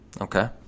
Okay